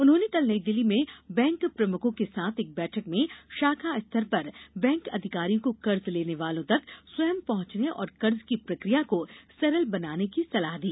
उन्होंने कल नईदिल्ली में बैंक प्रमुखों के साथ एक बैठक में शाखा स्तर पर बैंक अधिकारियों को कर्ज लेने वालों तक स्वयं पहुंचने और कर्ज की प्रक्रिया को सरल बनाने की सलाह दी